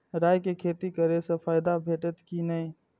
राय के खेती करे स फायदा भेटत की नै?